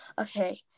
Okay